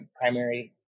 primary